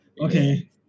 Okay